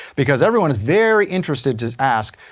because everyone is very interested to ask,